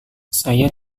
saya